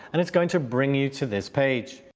and it's going to bring you to this page.